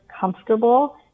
comfortable